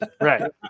Right